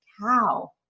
cow